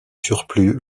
surplus